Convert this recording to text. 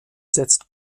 setzt